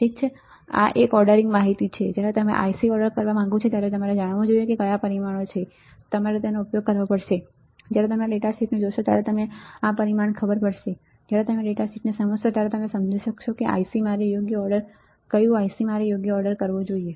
ઠીક છે આ એક ઑર્ડરિંગ માહિતી છે જ્યારે તમે IC ઑર્ડર કરવા માગો છો ત્યારે તમારે જાણવું જોઈએ કે કયા પરિમાણો છે તમારે તેનો ઉપયોગ કરવો પડશે જ્યારે તમે ડેટા શીટને જોશો ત્યારે તમને આ પરિમાણ ખબર પડશે જ્યારે તમે ડેટા શીટને સમજશો ત્યારે તમે સમજી શકશો કે કયું IC મારે યોગ્ય ઓર્ડર આપવો જોઈએ